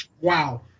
Wow